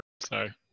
Sorry